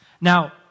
Now